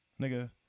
Nigga